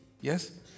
yes